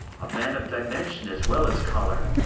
a man of dimension as well as choler.